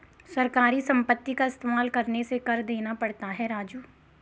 सरकारी संपत्ति का इस्तेमाल करने से कर देना पड़ता है राजू